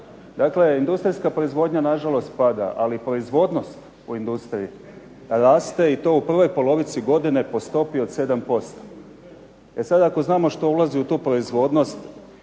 Dakle industrijska proizvodnja na žalost pada, ali proizvodnost u industriji raste i to u prvoj polovici godine po stopi od 7%. E sad ako znamo što ulazi u tu proizvodnost,